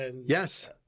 Yes